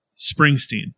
Springsteen